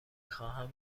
خواهم